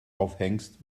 aufhängst